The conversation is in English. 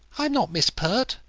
i'm not miss pert,